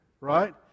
right